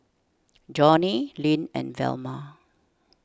Johnnie Lynne and Velma